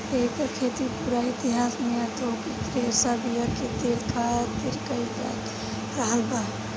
एकर खेती पूरा इतिहास में औधोगिक रेशा बीया के तेल खातिर कईल जात रहल बा